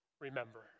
Remember